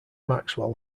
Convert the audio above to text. maxwell